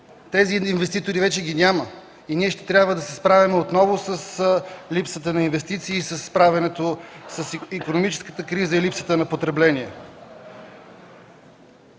Тези инвеститори вече ги няма и ние ще трябва да се справяме отново с липсата на инвестиции, с икономическата криза и липсата на потребление.